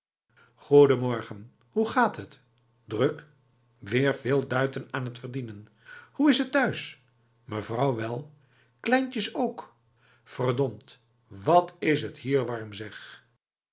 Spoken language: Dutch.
goedemorgen hoe gaat het druk weer veel duiten aan het verdienen hoe is het thuis mevrouw wel kleintjes ook verdomd wat is het hier warm zegf